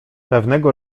pewnego